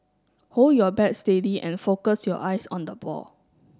hold your bat steady and focus your eyes on the ball